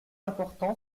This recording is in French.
important